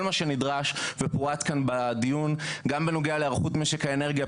כל מה שנדרש ופורט כאן בדיון גם בנושא להיערכות משק האנרגיה,